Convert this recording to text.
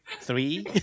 three